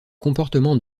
comportement